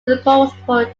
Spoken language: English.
episcopal